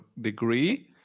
degree